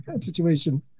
Situation